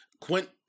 Quint